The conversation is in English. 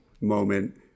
moment